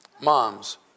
Moms